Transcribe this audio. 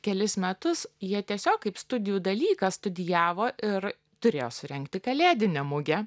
kelis metus jie tiesiog kaip studijų dalyką studijavo ir turėjo surengti kalėdinę mugę